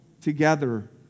together